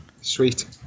Sweet